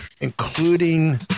including